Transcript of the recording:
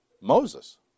Moses